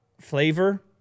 flavor